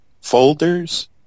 folders